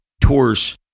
tours